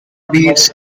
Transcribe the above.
deeds